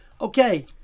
Okay